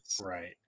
right